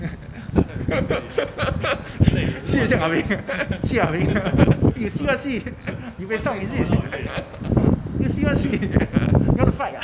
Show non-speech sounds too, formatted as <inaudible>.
<breath> <laughs> sh~ 是要像 ah beng <laughs> si ah beng you see what see <laughs> you beh song is it <laughs> you see what see <laughs> you wanna fight ah